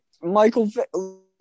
Michael